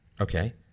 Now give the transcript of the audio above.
Okay